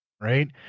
right